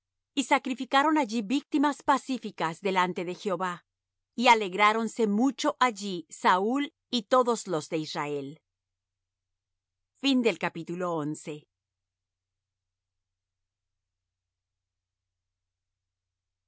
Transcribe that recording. y sacrificaron allí víctimas pacíficas delante de jehová y alegráronse mucho allí saúl y todos los de israel y